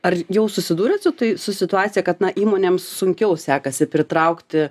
ar jau susidūrėt su tai su situacija kad na įmonėms sunkiau sekasi pritraukti